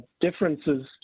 differences